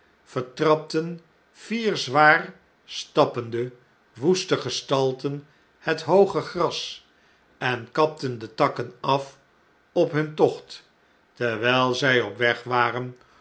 vertrapten vier zwaar stappende woeste gestalten het hooge gras en kapten de takken af op hun tocht terwijl zy op weg waren